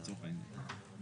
לצורך העניין.